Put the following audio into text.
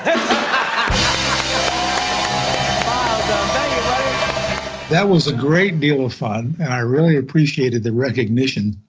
um that was a great deal of fun, and i really appreciated the recognition.